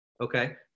Okay